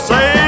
Say